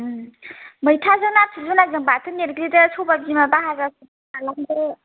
उम मैथाजों नाथुर जुनायजों बाथोन एरग्लिदो सबाइ बिमा बाहाजा खालामदो